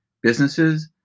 businesses